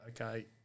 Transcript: okay